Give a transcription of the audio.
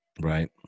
Right